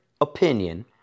opinion